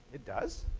it does.